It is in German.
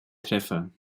treffer